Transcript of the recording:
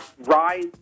rise